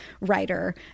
writer